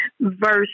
verse